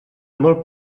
molt